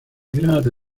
grado